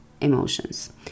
emotions